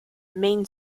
main